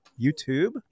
YouTube